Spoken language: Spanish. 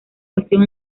cuestión